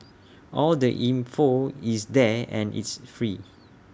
all the info is there and it's free